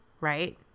right